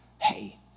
hey